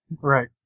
Right